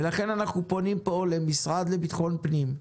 ולכן אנחנו פונים פה למשרד לביטחון פנים,